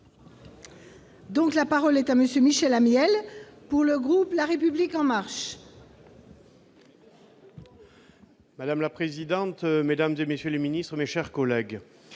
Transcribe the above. ! La parole est à M. Michel Amiel, pour le groupe La République En Marche. Madame la présidente, mesdames, messieurs les ministres, mes chers collègues,